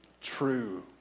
true